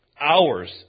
Hours